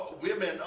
women